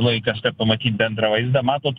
laikas kad pamatyt bendrą vaizdą matot